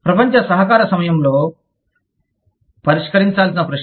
ప్రపంచ సహకార సమయంలో పరిష్కరించాల్సిన ప్రశ్నలు